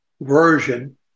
version